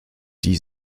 die